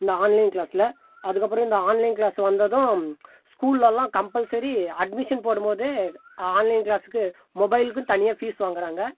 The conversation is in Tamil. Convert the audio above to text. இந்த ஆன்லைன் கிளாஸ்சில் அதுக்கப்புறம் இந்த ஆன்லைன் கிளாஸ் வந்ததும் ஸ்கூல்லெலாம் கம்பல்சரி அட்மிஷன் போடும் போதே ஆன்லைன் கிளாஸுக்கு மொபைலுக்கெனு தனியாக ஃபீஸ் வாங்கிறாங்க